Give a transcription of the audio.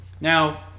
now